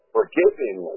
Forgiving